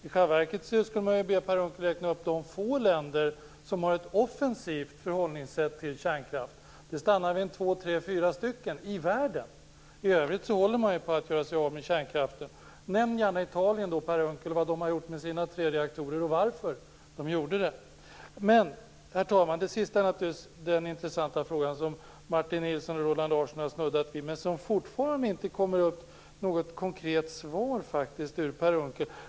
I själva verket skulle man kunna be Per Unckel räkna upp de få länder som har ett offensivt förhållningssätt till kärnkraft. Det stannar vid två tre fyra stycken i världen. I övrigt håller man ju på att göra sig av med kärnkraften. Nämn då, Per Unckel, gärna vad Italien har gjort med sina tre reaktorer och varför de har gjort det. Till sist, herr talman, vill jag ta upp den intressanta fråga som Martin Nilsson och Roland Larsson har snuddat vid, men som det fortfarande faktiskt inte kommer något konkret svar på från Per Unckel.